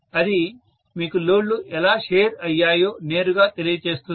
అది మీకు లోడ్ లు ఎలా షేర్ అయ్యయో నేరుగా తెలియజేస్తుంది